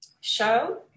show